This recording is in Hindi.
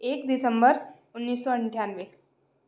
एक दिसम्बर उन्नीस सौ अट्ठानवे